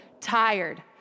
tired